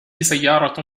سيارة